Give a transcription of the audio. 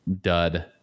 dud